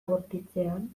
bortitzean